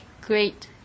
great